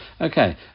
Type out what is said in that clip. okay